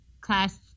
class